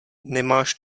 nemáš